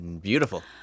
beautiful